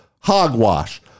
Hogwash